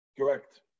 Correct